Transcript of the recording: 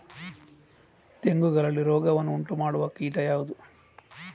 ತೆಂಗುಗಳಲ್ಲಿ ರೋಗವನ್ನು ಉಂಟುಮಾಡುವ ಕೀಟ ಯಾವುದು?